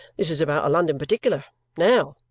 this is about a london particular now,